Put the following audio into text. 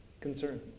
concern